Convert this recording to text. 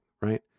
right